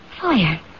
fire